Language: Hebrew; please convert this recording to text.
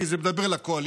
כי זה מדבר על הקואליציה.